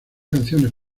canciones